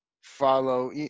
follow